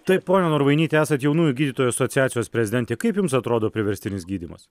taip ponia norvainyte esat jaunųjų gydytojų asociacijos prezidentė kaip jums atrodo priverstinis gydymas